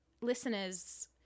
listeners